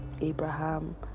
Abraham